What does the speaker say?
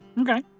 Okay